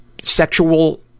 sexual